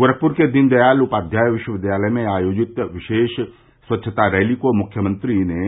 गोरखप्र के दीनदयाल उपाध्याय विश्वविद्यालय में आयोजित विशेष स्वच्छता रैली को मुख्यमंत्री ने